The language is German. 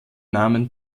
namen